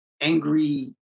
angry